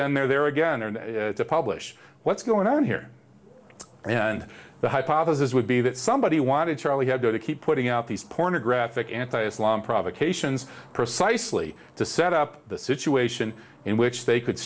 then they're there again and publish what's going on here and the hypothesis would be that somebody wanted charlie hebdo to keep putting out these pornographic anti islam provocations precisely to set up the situation in which they could